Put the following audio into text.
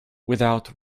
without